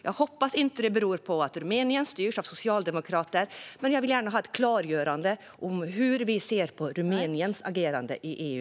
Jag hoppas att det inte beror på att Rumänien styrs av socialdemokrater, men jag vill gärna ha ett klargörande om hur vi ser på Rumäniens agerande i EU.